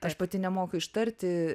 aš pati nemoku ištarti